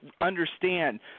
understand